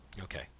Okay